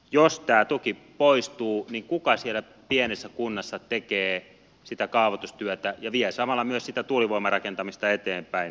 jos tämä tuki poistuu niin kuka siellä pienessä kunnassa tekee sitä kaavoitustyötä ja vie samalla myös sitä tuulivoimarakentamista eteenpäin